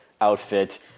outfit